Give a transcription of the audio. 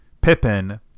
Pippin